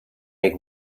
make